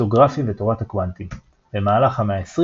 קריפטוגרפיה ותורת הקוונטים במהלך המאה ה-20